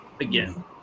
again